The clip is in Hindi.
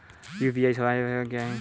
यू.पी.आई सवायें क्या हैं?